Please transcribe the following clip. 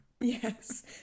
Yes